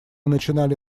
начинали